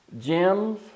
gems